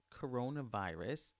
coronavirus